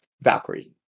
Valkyrie